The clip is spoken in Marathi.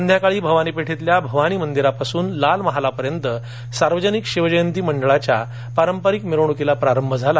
संध्याकाळी भवानी पेठेतल्या भवानी मंदिरापासून लाल महालापर्यंत सार्वजनिक शिवजयंती मंडळाच्या पारंपरिक मिरवणुकीला प्रारंभ झाला